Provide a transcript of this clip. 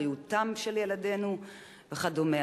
בריאותם של ילדינו וכדומה.